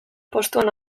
postuan